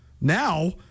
Now